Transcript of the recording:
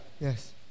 Yes